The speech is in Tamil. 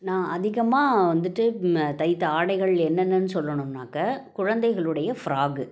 நான் அதிகமாக வந்துகிட்டு தைத்த ஆடைகள் என்னென்னன்னு சொல்லணுன்னாக்க குழந்தைகளுடைய ஃப்ராக்கு